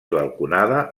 balconada